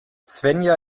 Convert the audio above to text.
svenja